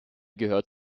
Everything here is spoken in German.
gehört